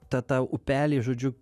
tą tą upelį žodžiu